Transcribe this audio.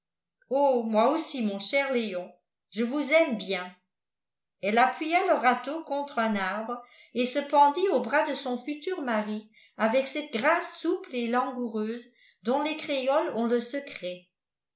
oh moi aussi mon cher léon je vous aime bien elle appuya le râteau contre un arbre et se pendit au bras de son futur mari avec cette grâce souple et langoureuse dont les créoles ont le secret